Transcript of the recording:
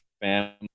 family